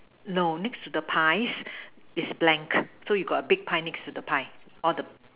no next to the pies it's blank so you got a big pie next to the pie all the